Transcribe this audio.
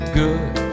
good